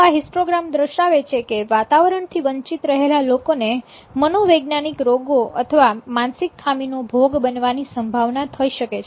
તો આ હિસ્ટોગ્રામ દર્શાવે છે કે વાતાવરણથી વંચિત રહેલા લોકોને મનોવૈજ્ઞાનિક રોગો અથવા માનસિક ખામીનો ભોગ બનવાની સંભાવના થઈ શકે છે